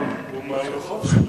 הוא מהרחוב שלי,